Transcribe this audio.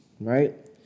right